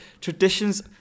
Traditions